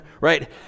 right